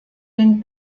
den